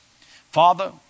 Father